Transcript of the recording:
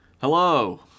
Hello